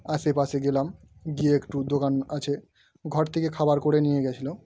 আশেপাশে গেলাম গিয়ে একটু দোকান আছে ঘর থেকে খাবার করে নিয়ে গিয়েছিলাম